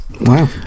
Wow